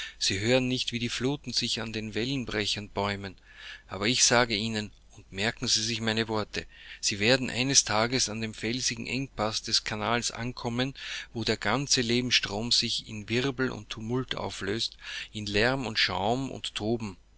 sie hören nicht wie die fluten sich an den wellenbrechern bäumen aber ich sage ihnen und merken sie sich meine worte sie werden eines tages an dem felsigen engpaß des kanals ankommen wo der ganze lebensstrom sich in wirbel und tumult auflöst in lärm und schaum und toben